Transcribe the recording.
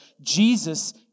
Jesus